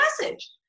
message